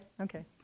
okay